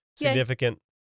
Significant